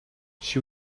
she